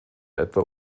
etwa